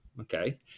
Okay